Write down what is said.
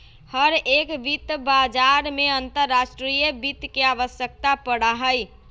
हर एक वित्त बाजार में अंतर्राष्ट्रीय वित्त के आवश्यकता पड़ा हई